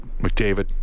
McDavid